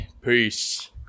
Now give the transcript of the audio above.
Peace